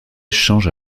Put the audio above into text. changent